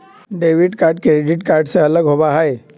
debit card credit card से अलग होबा हई